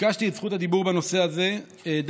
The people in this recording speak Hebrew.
ביקשתי את זכות הדיבור בנושא הזה דווקא,